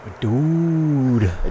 Dude